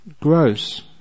gross